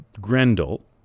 Grendel